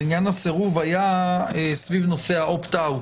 עניין הסירוב היה סביב נושא האופט אאוט.